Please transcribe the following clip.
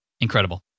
Incredible